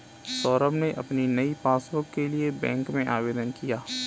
सौरभ ने अपनी नई पासबुक के लिए बैंक में आवेदन किया